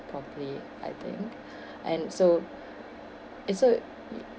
properly I think and so and so